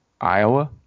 Iowa